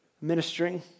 ministering